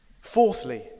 Fourthly